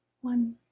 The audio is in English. one